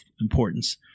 importance